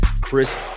Chris